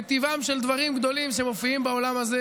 כטיבם של דברים גדולים שמופיעים בעולם הזה